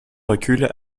recul